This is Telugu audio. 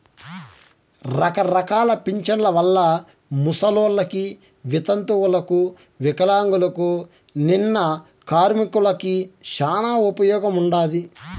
రకరకాల పింఛన్ల వల్ల ముసలోళ్ళకి, వితంతువులకు వికలాంగులకు, నిన్న కార్మికులకి శానా ఉపయోగముండాది